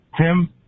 Tim